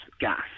gas